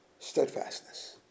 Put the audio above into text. Steadfastness